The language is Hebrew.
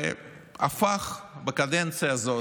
והפך בקדנציה הזאת,